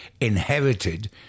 inherited